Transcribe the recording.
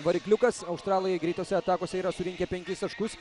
varikliukas australai greitose atakose yra surinkę penkis taškus